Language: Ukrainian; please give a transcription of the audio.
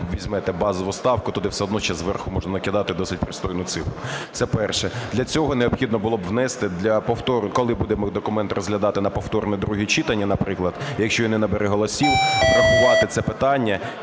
візьмете базову ставку, туди все одно ще зверху можна накидати досить пристойну цифру. Це перше. Для цього необхідно було б внести, коли будемо документ розглядати на повторне друге читання, наприклад, якщо він не набере голосів, врахувати це питання